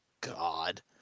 God